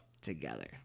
together